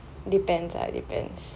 depends ah depends